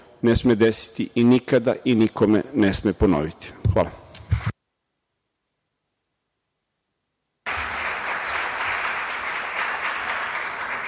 ne sme desiti i nikada i nikome ne sme ponoviti. Hvala.